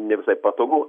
ne visai patogu